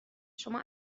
شما